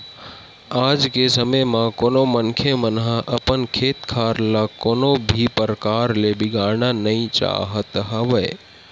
आज के समे म कोनो मनखे मन ह अपन खेत खार ल कोनो भी परकार ले बिगाड़ना नइ चाहत हवय